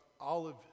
olive